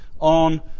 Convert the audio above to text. on